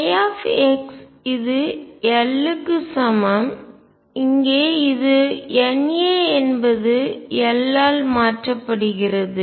ψ இது l க்கு சமம் இங்கே இது N a என்பது l ஆல் மாற்றப்படுகிறது